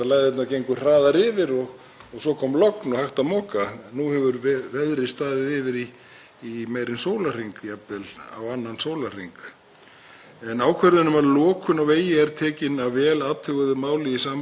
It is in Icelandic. Ákvörðun um lokun á vegi er tekin að vel athuguðu máli í samráði við sérfræðinga Vegagerðarinnar, veðurfræðinga sem og viðbragðsaðila og þegar aðstæður kalla á er lokun vegarins nauðsynleg til að tryggja öryggi vegfarenda.